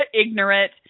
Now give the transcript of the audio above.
ignorant